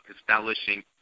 establishing